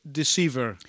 deceiver